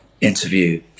interview